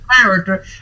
character